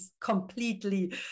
completely